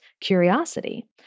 curiosity